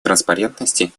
транспарентности